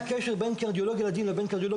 אם היה קשר בין קרדיולוג ילדים לקרדיולוג